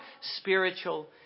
spiritual